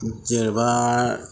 जेनेबा